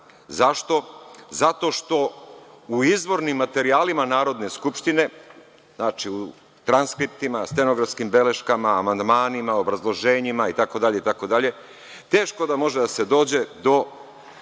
Zašto? Zato što u izvornim materijalima Narodne skupštine, znači u transkriptima, stenografskim beleškama, amandmanima, obrazloženjima itd. teško da može da se dođe do